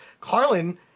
Carlin